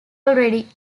already